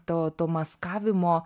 to to maskavimo